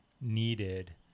needed